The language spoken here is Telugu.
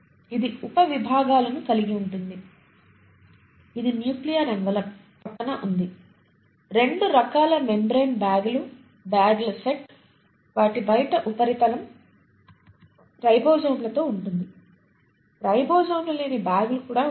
ఇది ఉపవిభాగాలను కలిగి ఉంటుంది ఇది న్యూక్లియర్ ఎన్వలప్ పక్కన ఉంది 2 రకాల మెమ్బ్రేన్ బ్యాగులు బ్యాగ్ల సెట్ వాటి బయటి ఉపరితలం రైబోజోమ్లతో ఉంటుంది రైబోజోమ్లు లేని బ్యాగ్లు కూడా ఉంటాయి